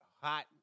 hot